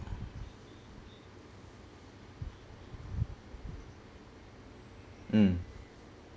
mm